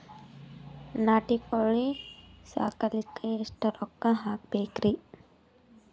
ನಾಟಿ ಕೋಳೀ ಸಾಕಲಿಕ್ಕಿ ಎಷ್ಟ ರೊಕ್ಕ ಹಾಕಬೇಕ್ರಿ?